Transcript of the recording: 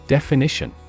Definition